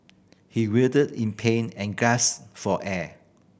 he writhed in pain and gasped for air